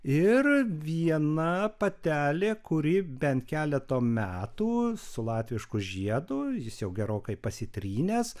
ir viena patelė kuri bent keleto metų su latvišku žiedu jis jau gerokai pasitrynęs